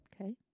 Okay